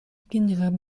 kinderen